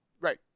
right